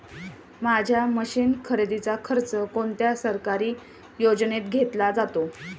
माझ्या मशीन खरेदीचा खर्च कोणत्या सरकारी योजनेत घेतला जातो?